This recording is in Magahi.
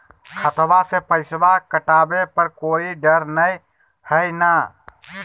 खतबा से पैसबा कटाबे पर कोइ डर नय हय ना?